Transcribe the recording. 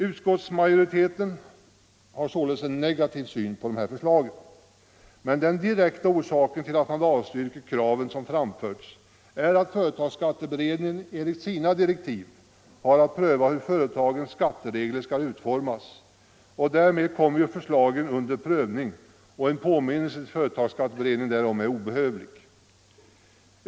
Utskottsmajoriteten har således en negativ syn på dessa förslag, men den direkta orsaken till att man avstyrker kraven som framförts är att företagsskatteberedningen enligt sina direktiv har att pröva hur företagens skatteregler skall utformas. Därmed kommer ju förslagen under prövning, och en påminnelse till företagsskatteberedningen därom är obehövlig.